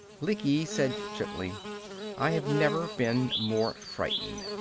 lecky said gently i have never been more frightened.